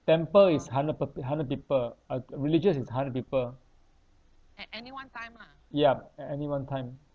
temple is hundred people hundred people uh religious is hundred people yup at any one time